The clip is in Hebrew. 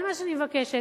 כל מה שאני מבקשת,